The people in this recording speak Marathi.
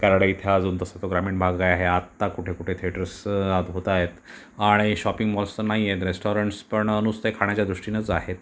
कारण इथे अजून तसं तो ग्रामीण भाग आहे आत्ता कुठे कुठे थेटर्स होत आहेत आणि शॉपिंग मॉल्स तर नाही आहेत रेस्टॉरंन्ट्स पण नुसते खाण्याच्या दृष्टीनेच आहेत